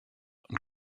und